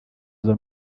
izo